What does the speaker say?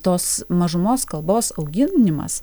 tos mažumos kalbos auginimas